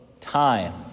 time